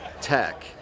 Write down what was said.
tech